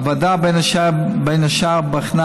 הוועדה בחנה